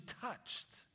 touched